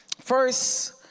First